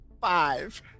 five